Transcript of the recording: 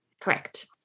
Correct